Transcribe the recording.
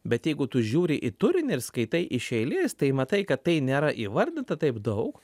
bet jeigu tu žiūri į turinį ir skaitai iš eilės tai matai kad tai nėra įvardinta taip daug